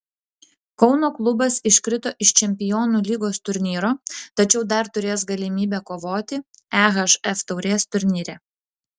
kauno klubas iškrito iš čempionų lygos turnyro tačiau dar turės galimybę kovoti ehf taurės turnyre